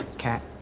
kat,